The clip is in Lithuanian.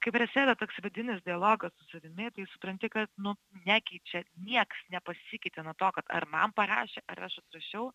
kai prasideda toks vidinis dialogas su savimi tai supranti kad nu negi čia nieks nepasikeitė nuo to kad ar man parašė ar aš atrašiau